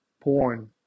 porn